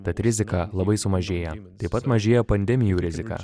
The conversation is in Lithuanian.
tad rizika labai sumažėja taip pat mažėja pandemijų rizika